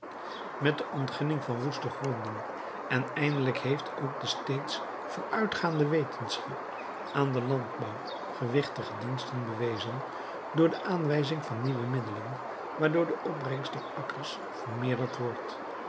met de ontginning van woeste gronden en eindelijk heeft ook de steeds vooruitgaande wetenschap aan den landbouw gewichtige diensten bewezen door de aanwijzing van nieuwe middelen waardoor de opbrengst der akkers vermeerderd wordt